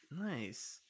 Nice